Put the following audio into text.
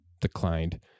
declined